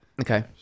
Okay